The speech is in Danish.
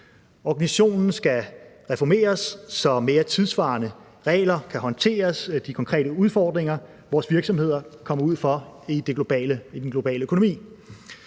Organisationen skal reformeres, så mere tidssvarende regler kan håndteres, altså de konkrete udfordringer, vores virksomheder kommer ud for i den globale økonomi.